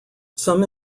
some